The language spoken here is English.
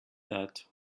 that